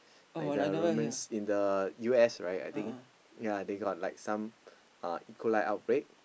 like the Romans in the U_S right I think yea they got like some uh E-coli outbreak